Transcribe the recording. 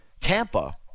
Tampa